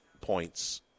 points